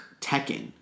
tekken